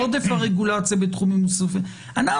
עודף הרגולציה בתחומים נוספים אנחנו